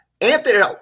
Anthony